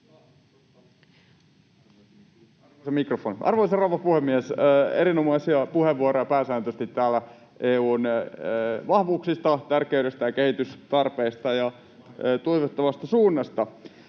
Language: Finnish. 15:09 Content: Arvoisa rouva puhemies! Erinomaisia puheenvuoroja pääsääntöisesti täällä EU:n vahvuuksista, tärkeydestä, kehitystarpeista ja toivottavasta suunnasta.